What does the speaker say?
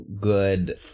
good